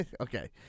okay